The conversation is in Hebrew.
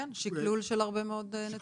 כן, שקלול של הרבה מאוד נתונים.